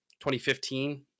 2015